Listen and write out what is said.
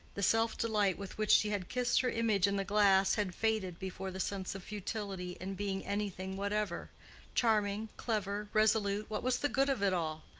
the self-delight with which she had kissed her image in the glass had faded before the sense of futility in being anything whatever charming, clever, resolute what was the good of it all?